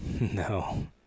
No